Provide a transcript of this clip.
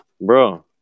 Bro